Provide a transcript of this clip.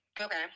Okay